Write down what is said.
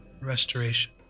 restoration